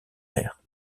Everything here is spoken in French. maire